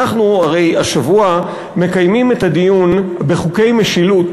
הרי אנחנו השבוע מקיימים את הדיון בחוקי משילות